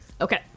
okay